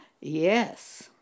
Yes